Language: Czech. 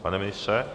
Pane ministře?